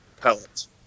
pellets